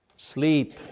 Sleep